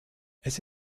primer